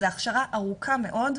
זו הכשרה ארוכה מאוד,